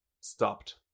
stopped